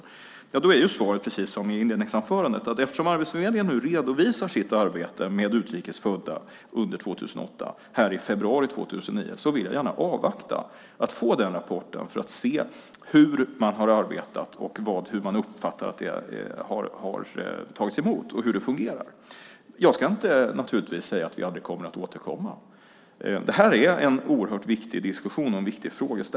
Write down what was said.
Svaret är precis som i det första inlägget: Eftersom Arbetsförmedlingen redovisar sitt arbete med utrikes födda 2008 i februari 2009 vill jag avvakta den rapporten för att se hur man har arbetat, hur man uppfattar att det har tagits emot och hur det fungerar. Jag ska naturligtvis inte säga att vi aldrig kommer att återkomma. Det här är en oerhört viktig diskussion och en viktig fråga.